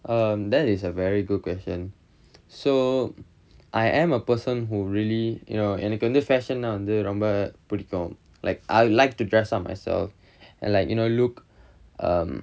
um that is a very good question so I am a person who really you know எனக்கு வந்து:enakku vanthu fashion வந்து ரொம்ப பிடிக்கும்:vanthu romba pidikkum like I'd like to dress up myself and like you know look um